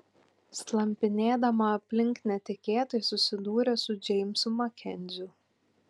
slampinėdama aplink netikėtai susidūrė su džeimsu makenziu